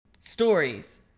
Stories